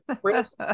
Chris